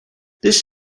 this